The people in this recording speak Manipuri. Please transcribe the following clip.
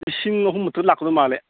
ꯂꯤꯁꯤꯡ ꯑꯍꯨꯝ ꯃꯊꯛ ꯂꯥꯛꯀꯗꯧ ꯃꯥꯜꯂꯦ